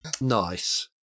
Nice